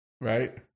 right